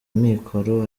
amikoro